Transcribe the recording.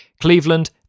Cleveland